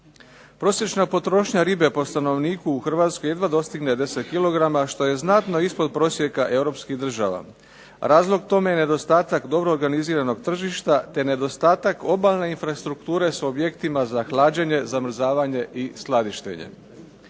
Prosječna potrošnja ribe po stanovniku u Hrvatskoj jedva dostigne 10 kg što je znatno ispod prosjeka europskih država. Razlog tome je i nedostatak dobro organiziranog tržišta te nedostatak obalne infrastrukture s objektima za hlađenje, zamrzavanje i skladištenje.